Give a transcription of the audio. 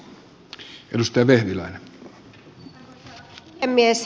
arvoisa puhemies